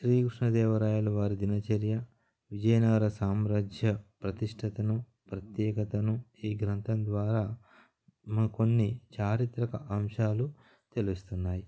శ్రీకృష్ణదేవరాయల వారి దినచర్య విజయనగర సామ్రాజ్య ప్రతిష్టతను ప్రత్యేకతను ఈ గ్రంథం ద్వారా మ కొన్ని చారిత్రక అంశాలు తెలుస్తున్నాయి